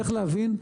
צריך להבין,